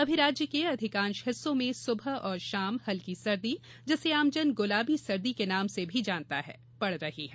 अभी राज्य के अधिकांश हिस्सों में सुबह और शाम हल्की सर्दी जिसे आमजन गुलाबी सर्दी के नाम से भी जानता है पड़ रही है